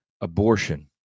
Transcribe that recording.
abortion